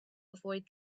avoid